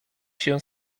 się